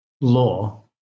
law